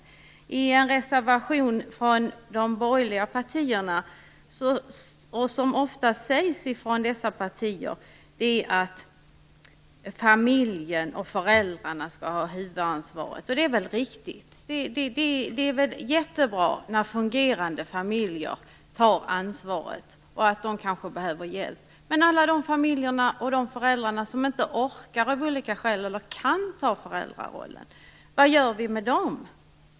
Något som står i en reservation från de borgerliga partierna och som ofta sägs från dessa partier är att familjen och föräldrarna skall ha huvudansvaret, och det är väl riktigt. Det är väl jättebra när fungerande familjer tar ansvaret, och de kanske behöver hjälp. Men alla de familjer och föräldrar som inte orkar av olika skäl eller kan ta på sig föräldrarollen, vad gör vi med dem?